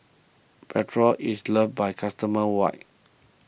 Nepro is loved by customers wide